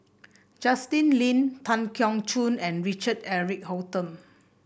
Justin Lean Tan Keong Choon and Richard Eric Holttum